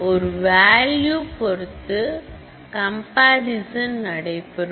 ஒரு வால்யூ பொருத்து கம்பரிசன் நடைபெறும்